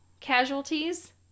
casualties